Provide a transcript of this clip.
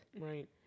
right